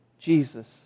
Jesus